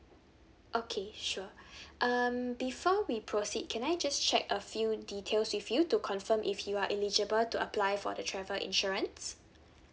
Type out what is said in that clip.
okay sure um before we proceed can I just check a few details with you to confirm if you are eligible to apply for the travel insurance